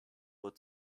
would